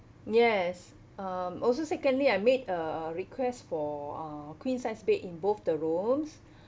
yes um also secondly I made a request for uh queen size bed in both the rooms